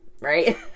right